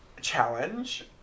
challenge